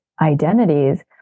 identities